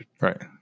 Right